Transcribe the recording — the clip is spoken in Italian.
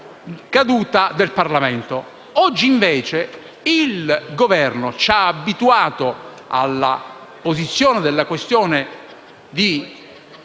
Oggi invece il Governo ci ha abituati all'apposizione della questione di